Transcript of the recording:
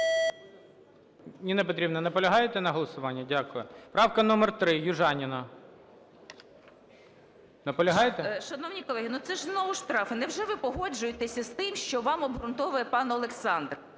Ніна Петрівна, наполягаєте на голосуванні? Дякую. Правка номер 3, Южаніна. Наполягаєте? 11:51:06 ЮЖАНІНА Н.П. Шановні колеги, ну, це ж знову штрафи. Невже ви погоджуєтеся з тим, що вам обґрунтовує пан Олександр?